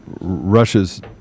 Russia's